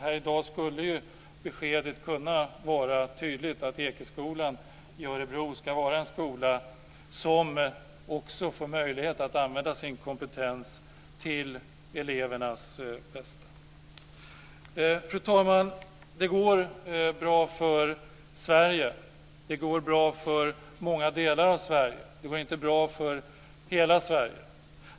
Beskedet skulle kunna vara tydligt här i dag: Ekeskolan i Örebro ska vara en skola som också får möjlighet att använda sin kompetens till elevernas bästa. Fru talman! Det går bra för Sverige. Det går bra för många delar av Sverige. Det går inte bra för hela Sverige.